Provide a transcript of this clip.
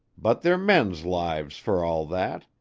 but they're men's lives for all that,